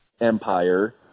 empire